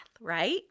right